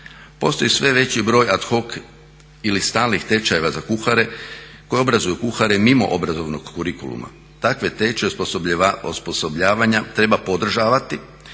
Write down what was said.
Postoji sve veći broj ad hoc ili stalnih tečajeva za kuhare koje obrazuju kuhare mimo obrazovnog kurikuluma. Takve tečajeve osposobljavanja treba podržavati